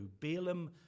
Balaam